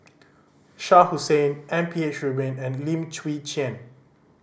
Shah Hussain M P H Rubin and Lim Chwee Chian